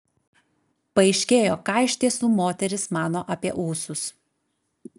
paaiškėjo ką iš tiesų moterys mano apie ūsus